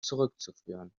zurückzuführen